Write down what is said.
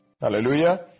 Hallelujah